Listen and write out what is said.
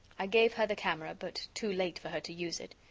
i gave her the camera, but too late for her to use it.